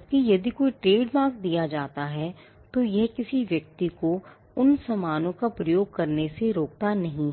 जबकि यदि कोई ट्रेडमार्क दिया जाता है तो यह किसी अन्य व्यक्ति को उन सामानों का प्रयोग करने से नहीं रोकता